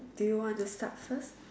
do you want to start first